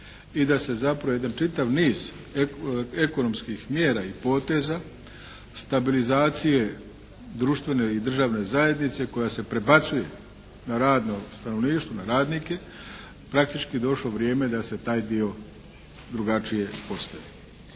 i da se zapravo jedan čitav niz ekonomskih mjera i poteza stabilizacije društvene i državne zajednice koja se prebacuje na radno stanovništvo, na radnike, praktički došlo vrijeme da se taj dio drugačije postavi.